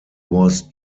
was